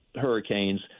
hurricanes